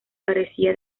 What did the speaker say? carecía